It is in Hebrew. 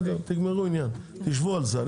תגמרו עניין, תשבו על זה.